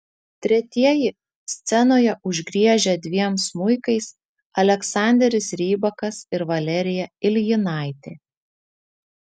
tretieji scenoje užgriežę dviem smuikais aleksanderis rybakas ir valerija iljinaitė